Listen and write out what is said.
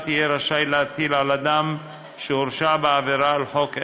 יהיה רשאי להטיל על אדם שהורשע בעבירה על חוק עזר,